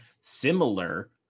similar